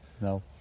No